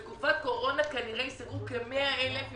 בתקופת קורונה כנראה ייסגרו כ-100,000 עסקים,